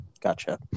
gotcha